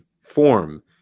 form